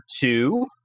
two